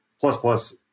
plus-plus